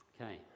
Okay